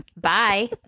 bye